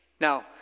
Now